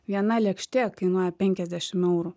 viena lėkštė kainuoja penkiasdešim eurų